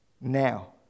Now